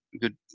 good